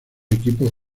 equipos